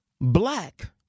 black